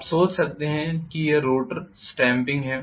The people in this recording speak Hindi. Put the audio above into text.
आप सोच सकते हैं कि यह रोटर स्टैम्पिंग है